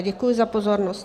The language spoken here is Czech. Děkuji za pozornost.